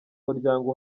muryango